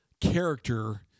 character